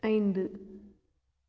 ஐந்து